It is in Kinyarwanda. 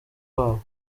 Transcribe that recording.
wabo